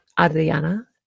Adriana